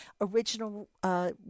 original